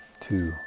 two